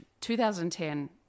2010